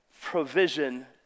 provision